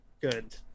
good